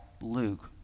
Luke